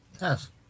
Yes